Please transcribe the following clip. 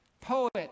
poet